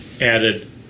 added